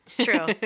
true